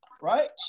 right